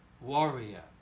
warrior